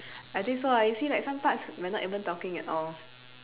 I think so ah you see like some parts we're not even talking at all